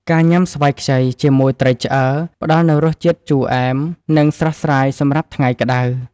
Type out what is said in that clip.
ការញ៉ាំស្វាយខ្ចីជាមួយត្រីឆ្អើរ ផ្តល់នូវរសជាតិជូរអែម និងស្រស់ស្រាយសម្រាប់ថ្ងៃក្តៅ។